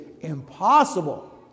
impossible